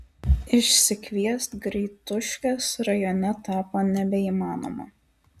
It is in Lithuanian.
išsikviest greituškės rajone tapo nebeįmanoma